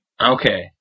Okay